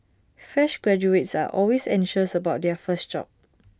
fresh graduates are always anxious about their first job